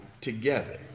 together